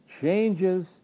changes